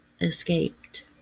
escaped